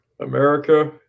america